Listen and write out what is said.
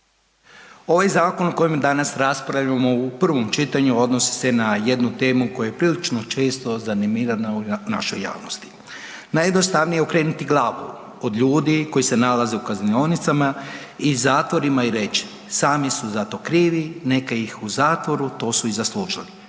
Ovaj zakon o kojem danas raspravljamo u prvom čitanju odnosi se na jednu temu koja je prilično često …/nerazumljivo/… u našoj javnosti. Najjednostavnije je okrenuti glavu od ljudi koji se nalaze u kaznionicama i zatvorima i reći, sami su za to krivi, neka ih u zatvoru to su i zaslužili.